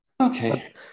Okay